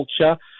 culture